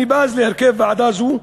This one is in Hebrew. אני בז להרכב ועדה זו,